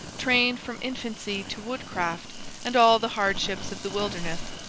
trained from infancy to woodcraft and all the hardships of the wilderness.